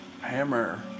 Hammer